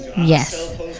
Yes